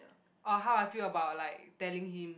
orh how I feel about like telling him